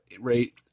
rate